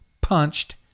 punched